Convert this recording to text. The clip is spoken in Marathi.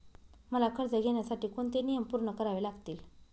मला कर्ज घेण्यासाठी कोणते नियम पूर्ण करावे लागतील?